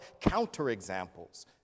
counterexamples